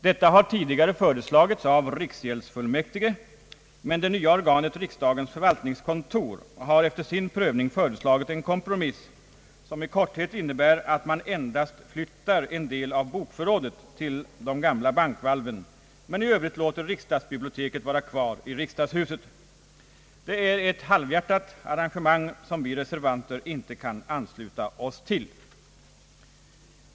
Detta har tidigare föreslagits av riksgäldsfullmäktige, men det nya organet riksdagens förvaltningskontor har efter sin prövning föreslagit en kompromiss, som i korthet innebär att man endast flyttar en del av bokförrådet till de gamla bankvalven men i övrigt låter riksdagsbiblioteket vara kvar i riksdagshuset. Det är ett halvhjärtat arrangemang som vi reservanter inte kan ansluta oss till.